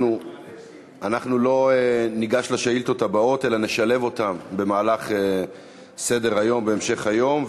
אנחנו לא ניגש לשאילתות הבאות אלא נשלב אותן במהלך סדר-היום בהמשך היום,